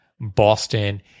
Boston